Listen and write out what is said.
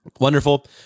Wonderful